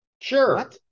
Sure